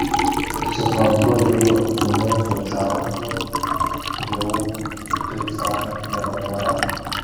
kaip suprantu judu su mūsų čarlzu jau taip sakant nebe pora